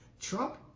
Trump